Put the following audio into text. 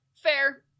Fair